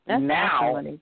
now